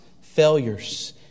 failures